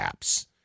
apps